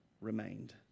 remained